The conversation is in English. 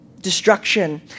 destruction